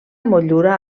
motllura